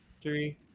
three